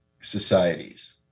societies